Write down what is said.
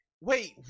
Wait